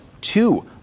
two